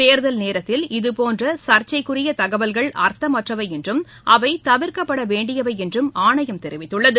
தேர்தல் நேரத்தில் இதுபோன்ற சர்ச்சைக்குரிய தகவல்கள் அர்த்தமற்றவை என்றும் அவை தவிர்க்கப்பட வேண்டியவை என்றும் ஆணையம் தெரிவித்துள்ளது